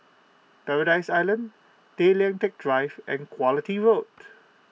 Paradise Island Tay Lian Teck Drive and Quality Road